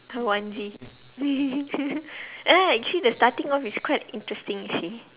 onesie ya actually the starting off is quite interesting you see